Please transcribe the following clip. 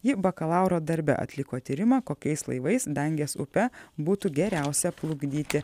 ji bakalauro darbe atliko tyrimą kokiais laivais dangės upe būtų geriausia plukdyti